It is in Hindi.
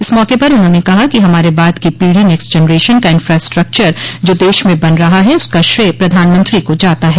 इस मौके पर उन्होंने कहा कि हमारे बाद की पीढ़ी नेक्स्ट जनरेशन का इंफ्रास्टक्चर जो देश में बन रहा है उसका श्रेय प्रधानमंत्री को जाता है